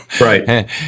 right